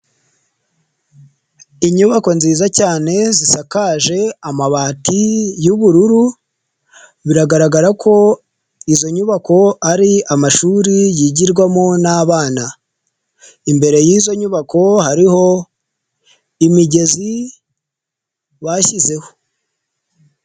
iIyubako nziza cyane zisakaje amabati y'ubururu, biragaragara ko izo nyubako ari amashuri yigirwamo n'abana, imbere y'izo nyubako hariho imigezi bashyizeho.